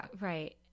right